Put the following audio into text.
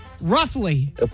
Roughly